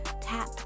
tap